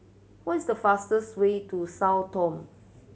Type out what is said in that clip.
what is the fastest way to Sao Tome